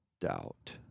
doubt